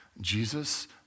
Jesus